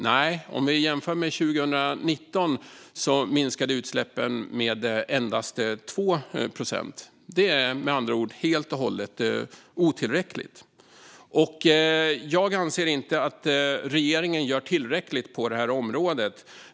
Nej, 2019 minskade utsläppen med endast 2 procent. Det är med andra ord helt och hållet otillräckligt. Jag anser att regeringen inte gör tillräckligt på det här området.